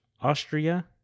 Austria